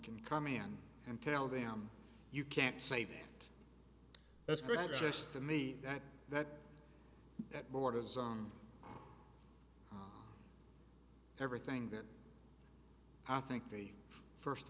can come in and tell them you can't say that's great advice to me that that that borders on everything that i think the first